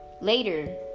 later